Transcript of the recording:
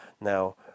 now